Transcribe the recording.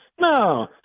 no